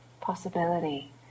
Possibility